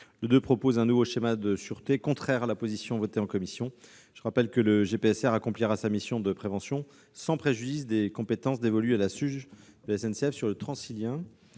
Le II prévoit un nouveau schéma de sûreté contraire à la position adoptée en commission. Je rappelle que le GPSR accomplira sa mission de prévention sans préjudice des compétences dévolues à la SUGE de la SNCF sur le Transilien